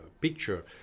picture